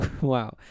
Wow